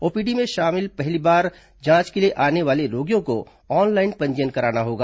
OPD में पहली बार जांच के लिए आने वाले रोगियों को ऑनलाइन पंजीयन कराना होगा